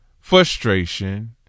Frustration